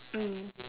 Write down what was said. mm